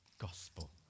gospel